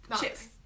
Chips